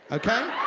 okay?